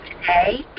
today